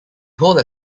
whole